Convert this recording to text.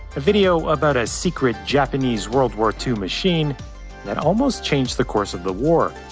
a video about a secret japanese world war two machine that almost changed the course of the war.